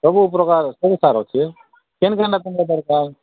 ସବୁପ୍ରକାର ଅଛେ ସବ୍ ସାର୍ ଅଛେ କେନ୍ କେନ୍ଟା ତୁମର ଦରକାର